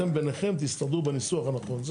אתם ביניכם תסתדרו על הניסוח הנכון.